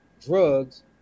drugs